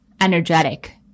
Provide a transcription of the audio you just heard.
energetic